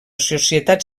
societat